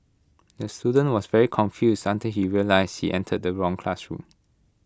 the student was very confused until he realised he entered the wrong classroom